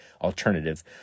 alternative